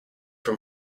from